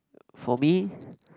for me